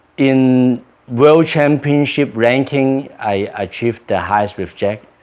in world championship ranking, i achieved the highest with jack,